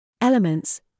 Elements